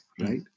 right